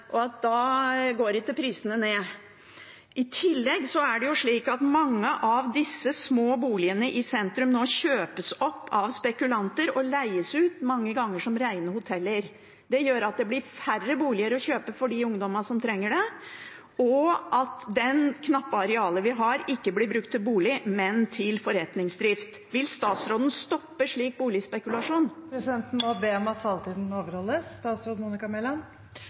og da går ikke prisene ned. I tillegg er det slik at mange av de små boligene i sentrum nå kjøpes opp av spekulanter og leies ut, mange ganger som rene hoteller. Det gjør at det blir færre boliger å kjøpe for de ungdommene som trenger det, og at det knappe arealet vi har, ikke blir brukt til bolig, men til forretningsdrift . Vil statsråden stoppe en slik boligspekulasjon? Presidenten må be om at taletiden overholdes.